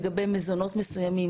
לגבי מזונות מסוימים,